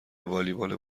والیبال